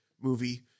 movie